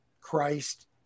Christ